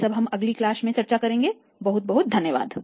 यह सब हम अगली कक्षा में चर्चा करेंगे बहुत बहुत धन्यवाद